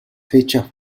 fecha